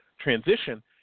transition